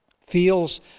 feels